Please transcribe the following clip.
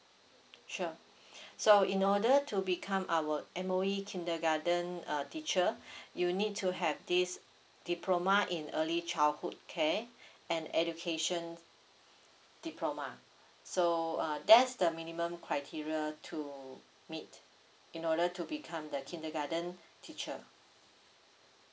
sure so in order to become our M_O_E kindergarten uh teacher you need to have this diploma in early childhood care and education diploma so uh that's the minimum criteria to meet in order to become the kindergarten teacher